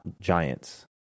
giants